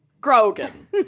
Grogan